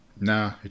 Nah